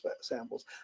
samples